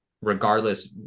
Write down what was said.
Regardless